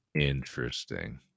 Interesting